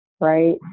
right